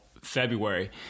february